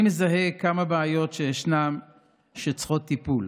אני מזהה כמה בעיות שצריכות טיפול.